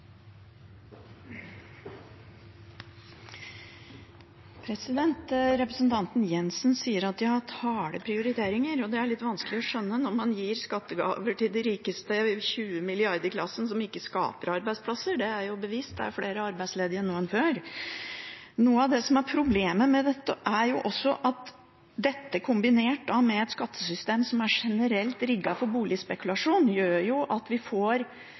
Representanten Jenssen sier at de har hatt harde prioriteringer, men det er litt vanskelig å skjønne når man gir skattegaver til de rikeste i 20 milliarder-klassen, som ikke skaper arbeidsplasser. Det er bevist: Det er flere arbeidsledige nå enn før. Noe av det som er problemet med dette, er at dette kombinert med et skattesystem som generelt er rigget for boligspekulasjon, gjør at vi får